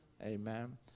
Amen